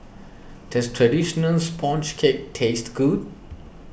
does Traditional Sponge Cake taste good